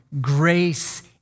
grace